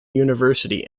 university